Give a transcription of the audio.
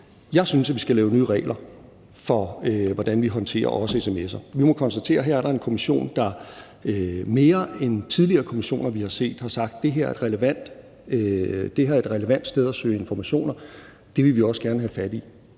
Jeg synes, at vi skal lave nye regler for, hvordan vi håndterer også sms'er. Vi må konstatere, at her er der en kommission, der mere end tidligere kommissioner, vi har set, har sagt: Det her er et relevant sted at søge informationer; det vil vi også gerne have fat i.